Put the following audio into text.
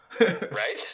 Right